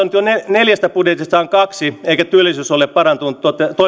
neljästä budjetistaan jo kaksi eikä työllisyys ole parantunut toivotulla